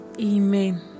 Amen